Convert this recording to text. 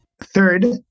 third